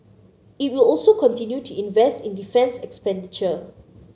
it will also continue to invest in defence expenditure